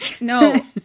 No